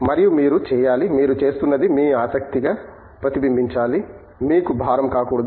మరియు మీరు చేయాలి మీరు చేస్తున్నది మీ ఆసక్తిగా ప్రతిబింబించాలి మీకు భారం కాకూడదు